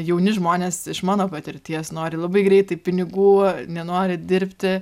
jauni žmonės iš mano patirties nori labai greitai pinigų nenori dirbti